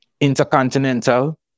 intercontinental